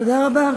תודה רבה.